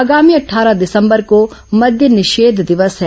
आगामी अट्ठारह दिसंबर को मद्य निषेघ दिवस है